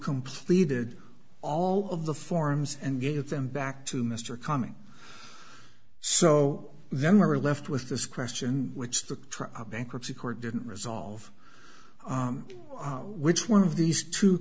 completed all of the forms and gave them back to mr calming so then we're left with this question which the trial of bankruptcy court didn't resolve which one of these two